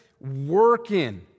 working